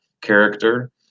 character